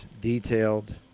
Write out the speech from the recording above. detailed